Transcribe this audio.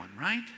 right